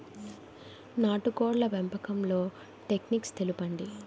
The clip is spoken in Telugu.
నాటుకోడ్ల పెంపకంలో టెక్నిక్స్ తెలుపండి?